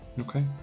Okay